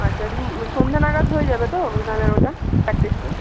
আচ্ছা হুম সন্ধ্যা নাগাদ হয়ে যাবে তো তাহলে আর ওটা প্র্যাকটিসটা